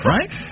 Right